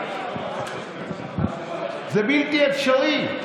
זה בלתי אפשרי.